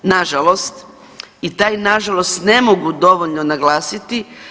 Na žalost i taj na žalost ne mogu dovoljno naglasiti.